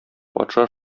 патша